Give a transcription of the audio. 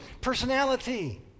Personality